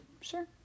sure